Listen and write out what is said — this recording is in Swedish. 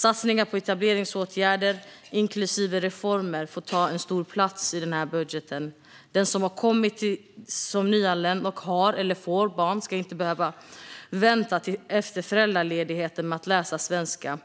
Satsningarna på etableringsåtgärder, inklusive reformer, får ta en stor plats i budgeten. Den som har kommit som nyanländ och har eller får barn ska inte behöva vänta till efter föräldraledigheten med att läsa svenska.